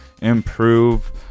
improve